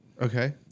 Okay